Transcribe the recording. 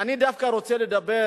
אני דווקא רוצה לדבר